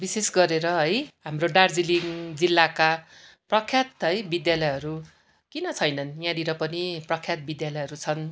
विशेष गरेर है हाम्रो दार्जिलिङ जिल्लाका प्रख्यात है विद्यालयहरू किन छैनन् यहाँनिर पनि प्रख्यात विद्यालयहरू छन्